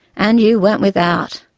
and you went without,